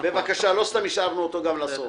לא סתם השארנו אותו גם לסוף.